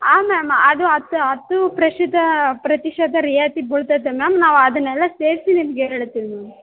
ಆಂ ma'am ಅದು ಹತ್ತು ಹತ್ತು ಪ್ರಶಿತ ಪ್ರತಿಶತ ರಿಯಾಯಿತಿ ಬೀಳ್ತೈತೆ ಮ್ಯಾಮ್ ನಾವು ಅದನ್ನೆಲ್ಲ ಸೇರಿಸಿ ನಿಮ್ಗೆ ಹೇಳುತ್ತೀವ್ ಮ್ಯಾಮ್